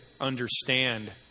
understand